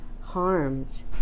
harmed